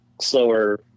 slower